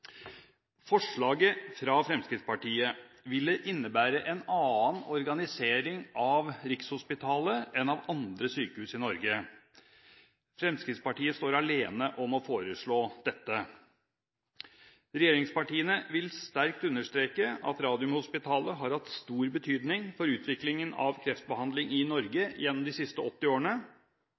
Forslaget fra Fremskrittspartiet ville innebære en annen organisering av Radiumhospitalet enn av andre sykehus i Norge. Fremskrittspartiet står alene om å foreslå dette. Regjeringspartiene vil sterkt understreke at Radiumhospitalet har hatt stor betydning for utviklingen av kreftbehandling i Norge gjennom de siste 80 årene,